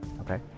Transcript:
Okay